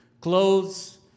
Clothes